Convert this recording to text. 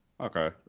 Okay